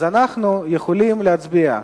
אז אנחנו יכולים להצביע,